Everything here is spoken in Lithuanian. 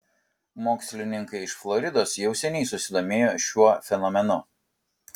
mokslininkai iš floridos jau seniai susidomėjo šiuo fenomenu